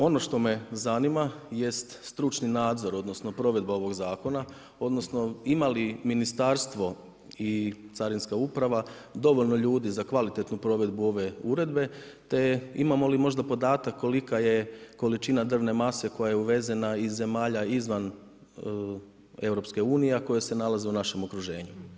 Ono što me zanima jest stručni nadzor odnosno provedba ovog zakona odnosno ima li ministarstvo i carinska uprava dovoljno ljudi za kvalitetnu provedbu ove uredbe te imamo li možda podatak kolika je količina drvne mase koja je uvezena iz zemalja izvan EU-a a koje se nalaze u našem okruženju?